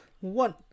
One